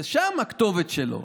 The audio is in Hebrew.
שם הכתובת שלו.